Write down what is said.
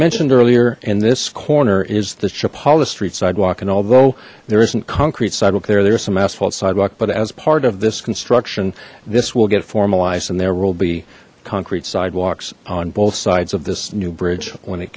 mentioned earlier in this corner is the chapala street sidewalk and although there isn't concrete sidewalk there there's some asphalt sidewalk but as part of this construction this will get formalized and there will be concrete sidewalks on both sides of this new bridge when it